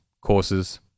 courses